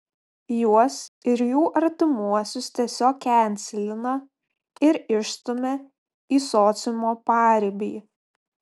juos ir jų artimuosius tiesiog kenselina ir išstumia į sociumo paribį